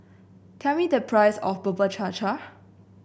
tell me the price of Bubur Cha Cha